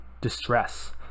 distress